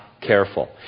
careful